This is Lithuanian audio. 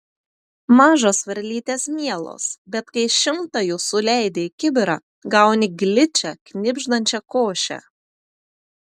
mažos varlytės mielos bet kai šimtą jų suleidi į kibirą gauni gličią knibždančią košę